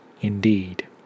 indeed